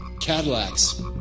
Cadillacs